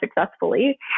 successfully